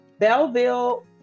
Belleville